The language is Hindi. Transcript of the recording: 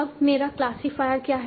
अब मेरा क्लासिफायर क्या है